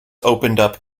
opened